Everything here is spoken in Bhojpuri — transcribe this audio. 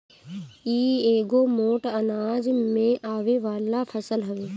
इ एगो मोट अनाज में आवे वाला फसल हवे